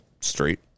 straight